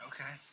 Okay